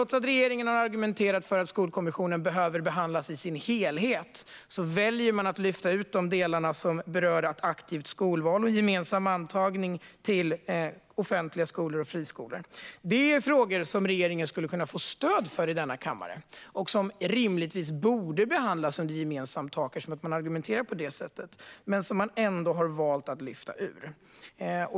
Trots att regeringen har argumenterat för att Skolkommissionen behöver behandlas i sin helhet väljer man att lyfta ut de delar som rör ett aktivt skolval och gemensam antagning till offentliga skolor och friskolor. Detta är frågor som regeringen skulle kunna få stöd för i denna kammare och som rimligtvis borde behandlas under ett gemensamt tak eftersom man argumenterar på det sättet. Ändå har man valt att lyfta ut dem.